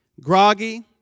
groggy